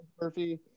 Murphy